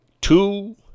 two